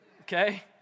okay